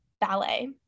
ballet